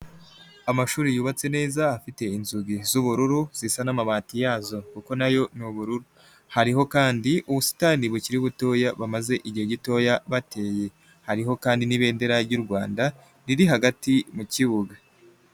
Amashuri yubatse neza afite inzugi z'ubururu zisa n'amabati yazo kuko nayo ni ubururu, hariho kandi ubusitani bukiri butoya bamaze igihe gitoya bateye, hariho kandi n'ibendera ry'u Rwanda riri hagati mu kibuga.